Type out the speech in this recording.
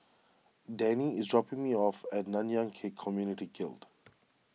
Danny is dropping me off at Nanyang Khek Community Guild